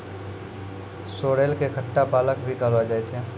sorrel कॅ खट्टा पालक भी कहलो जाय छै